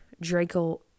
Draco